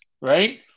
right